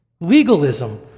legalism